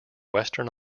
western